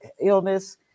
illness